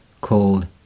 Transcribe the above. called